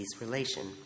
relation